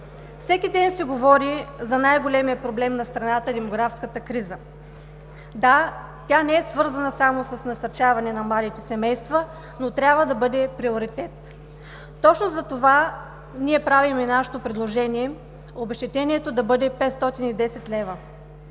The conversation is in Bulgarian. Всеки ден се говори за най-големия проблем на страната ни – демографската криза. Да, тя не е свързана само с насърчаване на младите семейства, но трябва да бъде приоритет. Точно затова ние правим и нашето предложение обезщетението да бъде 510 лв.,